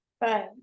right